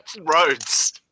roads